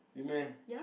win meh